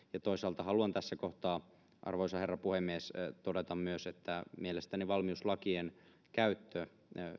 toisaalta haluan tässä kohtaa arvoisa herra puhemies todeta myös että mielestäni valmiuslakien käyttö